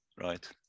Right